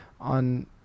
on